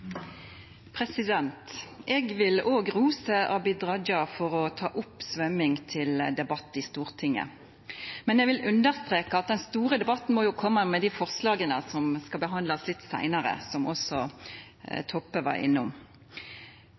Jeg vil også rose Abid Q. Raja for å ta opp svømming til debatt i Stortinget, men jeg vil understreke at den store debatten må komme med de forslagene som skal behandles litt senere, som også Toppe var innom.